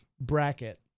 bracket